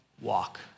walk